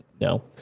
no